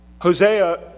Hosea